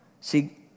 See